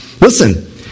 Listen